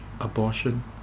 abortion